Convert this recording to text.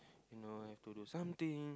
you know have to do something